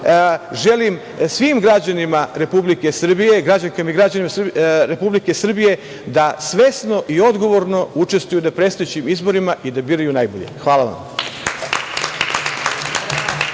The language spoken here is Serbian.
svim građanima Republike Srbije, građankama i građanima Republike Srbije da svesno i odgovorno učestvuju na predstojećim izborima i da biraju najbolje. Hvala vam.